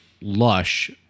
lush